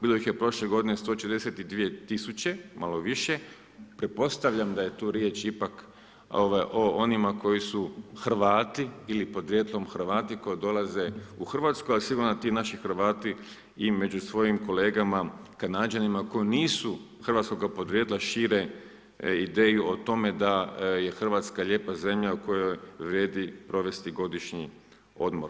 Bilo ih je prošle godine 142000, malo više, pretpostavljam da je tu riječ, ipak o onima koji su Hrvati ili porijeklo Hrvati, koji dolaze u Hrvatsku, ali sigurno da ti naši Hrvati i među svojim kolegama, Kanađanima, koji nisu hrvatskoga porijekla, šire ideju o tome da je Hrvatska lijepa zemlja u kojoj vrijedi provesti godišnji odmor.